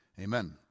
Amen